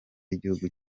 y’igihugu